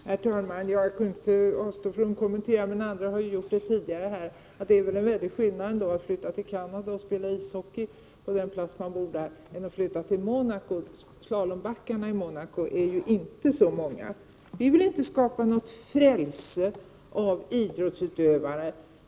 Herr talman! Jag kan inte avstå från att göra kommentaren — andra har ju gjort det — att det väl ändå är en väldigt stor skillnad mellan att flytta till Kanada för att spela ishockey där man bor och att flytta till Monaco. Slalombackarna i Monaco är ju inte särskilt många. Vi vill inte skapa något frälse av idrottsutövare.